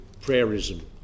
prayerism